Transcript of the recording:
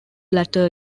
latter